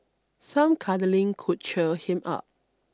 some cuddling could cheer him up